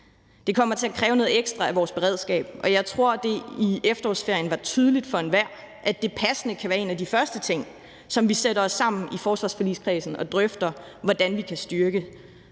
Det kommer til at kræve noget ekstra af vores beredskab, og jeg tror, at det i efterårsferien var tydeligt for enhver, at det passende kan være en af de første ting, som vi sætter os sammen i forsvarsforligskredsen og drøfter hvordan vi kan styrke.